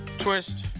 twist,